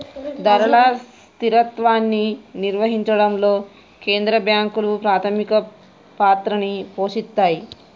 ధరల స్థిరత్వాన్ని నిర్వహించడంలో కేంద్ర బ్యాంకులు ప్రాథమిక పాత్రని పోషిత్తాయ్